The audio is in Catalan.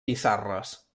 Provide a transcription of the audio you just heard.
pissarres